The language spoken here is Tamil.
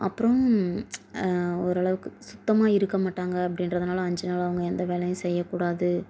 அப்புறம் ஒரு அளவுக்கு சுத்தமாக இருக்க மாட்டாங்க அப்படின்றதுனால அஞ்சு நாள் அவங்க எந்த வேலையும் செய்யக் கூடாது